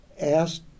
asked